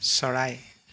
চৰাই